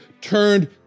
turned